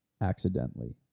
accidentally